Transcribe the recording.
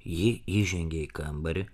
ji įžengė į kambarį